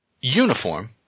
uniform